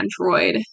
android